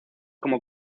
como